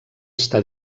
està